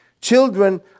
Children